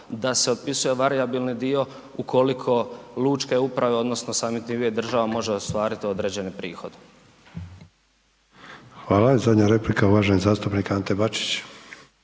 da se otpisuje varijabilni dio ukoliko lučke uprave, odnosno samim time i država može ostvariti određene prihode. **Sanader, Ante (HDZ)** Hvala. I zadnja replika uvaženi zastupnik Ante Bačić.